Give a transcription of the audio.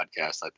podcast